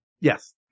Yes